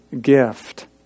gift